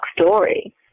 story